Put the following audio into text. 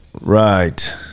right